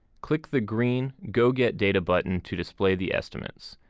click the green go get data button to display the estimates.